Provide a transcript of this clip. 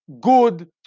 good